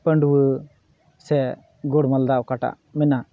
ᱯᱟᱺᱰᱩᱣᱟᱹ ᱥᱮ ᱜᱳᱲ ᱢᱟᱞᱫᱟ ᱚᱠᱟᱴᱟᱜ ᱢᱮᱱᱟᱜ